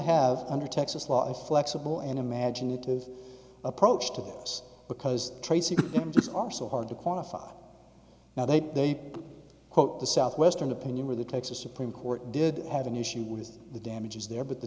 have under texas law a flexible and imaginative approach to this because tracy it's also hard to quantify now that they quote the southwestern opinion where the texas supreme court did have an issue with the damages there but the